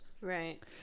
Right